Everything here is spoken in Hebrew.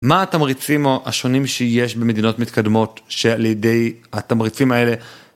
מה התמריצים השונים שיש במדינות מתקדמות, שעל ידי התמריצים האלה